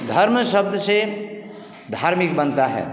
धर्म शब्द से धार्मिक बनता है